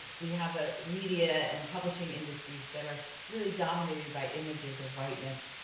we have a media, and publishing industries, that are really dominated by images of whiteness.